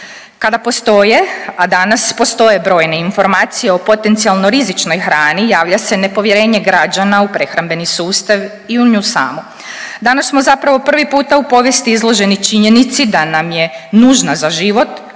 Kada postoje, a danas postoje brojne informacije o potencijalno rizičnoj hrani javlja se nepovjerenje građana u prehrambeni sustav i u nju samu. Danas zapravo prvi puta u povijesti izloženi činjenici da nam je nužna za život